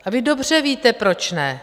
A vy dobře víte, proč ne.